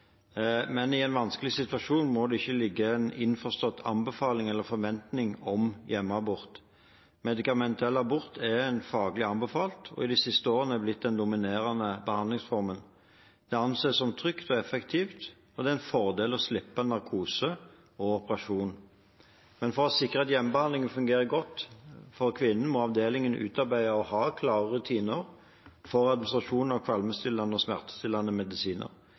Men i en vanskelig situasjon må det ikke ligge en innforstått anbefaling eller forventning om hjemmeabort. Medikamentell abort er faglig anbefalt og er de siste årene blitt den dominerende behandlingsformen. Det anses som trygt og effektivt, og det er en fordel å slippe narkose og operasjon. Men for å sikre at hjemmebehandlingen fungerer godt for kvinnen, må avdelingen utarbeide og ha klare rutiner for administrasjon av kvalmestillende og smertestillende medisiner.